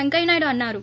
పెంకయ్యనాయుడు అన్నారు